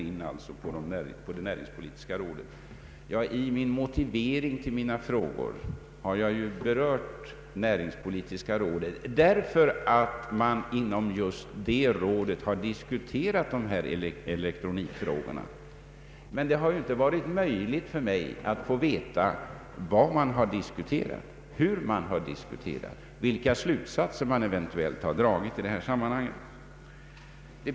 I min motivering till mina frågor berörde jag näringspolitiska rådet därför att man just inom detta råd diskuterat dessa elektronikfrågor. Men det har inte varit möjligt för mig att få veta vad man har diskuterat, hur man har diskuterat och vilka slutsatser man eventuellt har dragit i detta sammanhang.